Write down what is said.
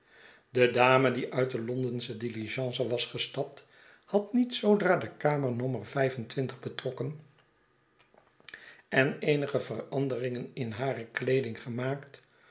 de dame die uit de londensche diligence was gestapt had niet zoodra de kamer nommer vijf en twintig betrokken en eenige veranderingen in hare kleedig gemaakt